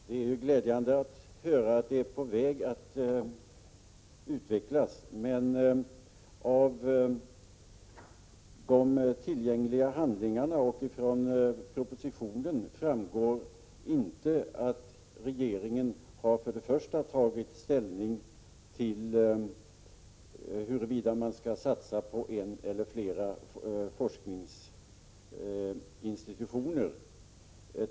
Herr talman! Det är glädjande att höra att verksamheten är på väg att utvecklas, men av de tillgängliga handlingarna framgår inte att regeringen har tagit ställning till huruvida man skall satsa på en eller flera forskningsinstitutioner.